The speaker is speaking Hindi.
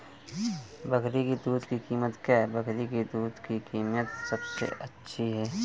बकरी की दूध की कीमत क्या है?